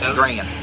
grand